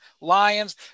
Lions